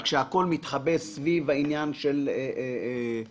כשהכל מתחבא סביב העניין של סודיות,